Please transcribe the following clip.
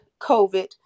COVID